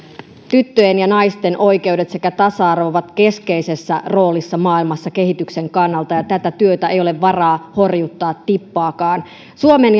tyttöjen ja naisten oikeudet sekä tasa arvo ovat keskeisessä roolissa maailmassa kehityksen kannalta ja tätä työtä ei ole varaa horjuttaa tippaakaan suomen